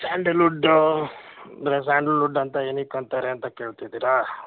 sandalwood ಅಂದರೆ sandalwood ಅಂತ ಏನಕ್ಕೆ ಅಂತಾರೆ ಅಂತ ಕೇಳ್ತಿದ್ದೀರಾ